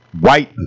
white